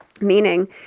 meaning